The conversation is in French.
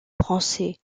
français